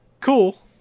cool